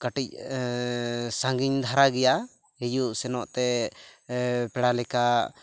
ᱠᱟᱹᱴᱤᱡ ᱥᱟᱺᱜᱤᱧ ᱫᱷᱟᱨᱟ ᱜᱮᱭᱟ ᱦᱤᱡᱩᱜ ᱥᱮᱱᱚᱜᱛᱮ ᱯᱮᱲᱟ ᱞᱮᱠᱟ